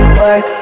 work